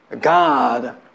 God